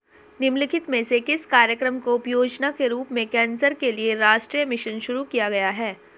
निम्नलिखित में से किस कार्यक्रम को उपयोजना के रूप में कैंसर के लिए राष्ट्रीय मिशन शुरू किया गया है?